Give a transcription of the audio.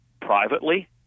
privately